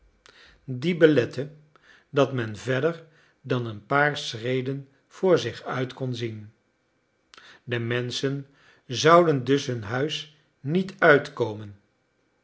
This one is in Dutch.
die belette dat men verder dan een paar schreden voor zich uit kon zien de menschen zouden dus hun huis niet uitkomen